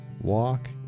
Walk